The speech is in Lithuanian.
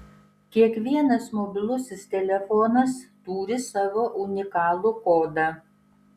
kiekvienas mobilusis telefonas turi savo unikalų kodą